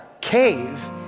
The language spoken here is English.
cave